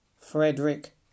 Frederick